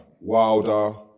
Wilder